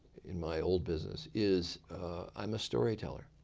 in my old business, is i'm a storyteller.